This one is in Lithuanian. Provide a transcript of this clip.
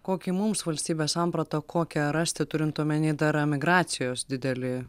kokį mums valstybės sampratą kokią rasti turint omeny dar emigracijos didelį